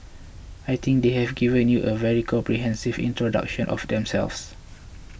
I think they have given you a very comprehensive introduction of themselves